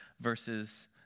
verses